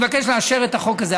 לאשר את החוק הזה.